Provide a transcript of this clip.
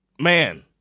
man